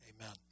amen